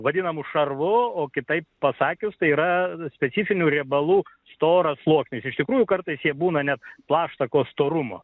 vadinamu šarvu o kitaip pasakius tai yra specifinių riebalų storas sluoksnis iš tikrųjų kartais jie būna net plaštakos storumo